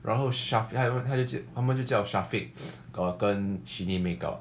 然后 sha~ 他们他们就叫 syafiq uh 跟 sheeny makeout